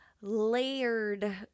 layered